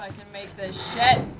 make this shit.